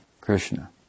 Krishna